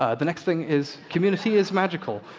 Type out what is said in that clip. ah the next thing is community is magical.